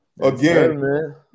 again